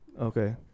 Okay